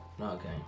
Okay